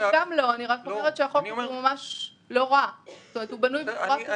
החוק הזה הוא ממש לא רע, הוא בנוי בצורה טובה.